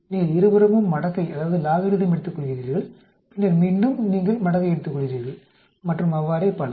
நீங்கள் இருபுறமும் மடக்கை எடுத்துக்கொள்கிறீர்கள் பின்னர் மீண்டும் நீங்கள் மடக்கை எடுத்துக்கொள்கிறீர்கள் மற்றும் அவ்வாறே பல